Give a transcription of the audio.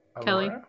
Kelly